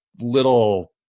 little